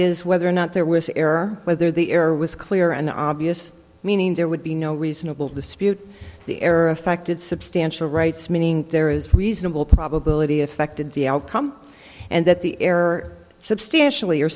is whether or not there was error whether the error was clear and obvious meaning there would be no reasonable dispute the error affected substantial rights meaning there is reasonable probability affected the outcome and that the error substantially